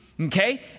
okay